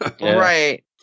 Right